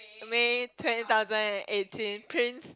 May twenty thousand and eighteen prince